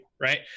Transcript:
right